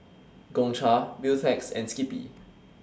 Gongcha Beautex and Skippy